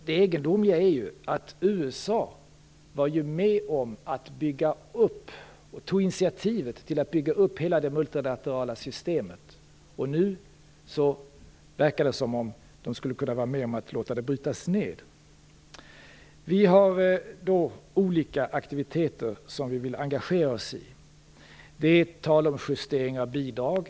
Det egendomliga är att USA ju var med och tog initiativ till att bygga upp hela det multilaterala systemet. Nu verkar det som om det skulle kunna vara med om att låta systemet brytas ned. Vi har olika aktiviteter som vi vill engagera oss i. Det är tal om justering av bidrag.